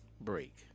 break